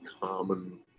common